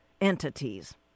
entities